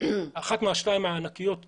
לא בסנטימטר אחד יותר.